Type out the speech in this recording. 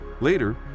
Later